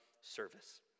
service